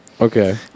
Okay